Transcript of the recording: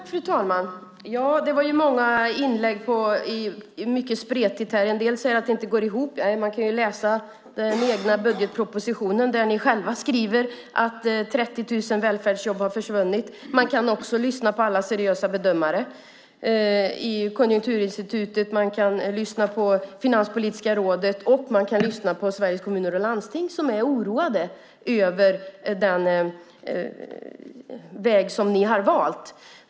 Fru talman! Det var många inlägg och mycket spretigt. En del säger att det inte går ihop. Nej, man kan ju läsa den egna budgetpropositionen där ni själva skriver att 30 000 välfärdsjobb har försvunnit. Man kan också lyssna på alla seriösa bedömare vid Konjunkturinstitutet. Man kan lyssna på Finanspolitiska rådet, och man kan lyssna på Sveriges kommuner och landsting som är oroade över den väg ni har valt.